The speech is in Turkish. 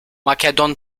makedon